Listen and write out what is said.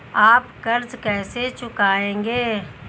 आप कर्ज कैसे चुकाएंगे?